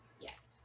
Yes